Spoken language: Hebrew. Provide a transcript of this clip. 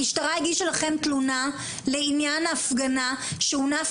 המשטרה הגישה לכם תלונה לעניין הפגנה שהונף